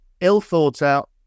ill-thought-out